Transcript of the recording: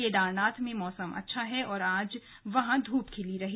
केदारनाथ में मौसम अच्छा है और आज भी वहां धूप खिली रही